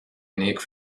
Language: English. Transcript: unique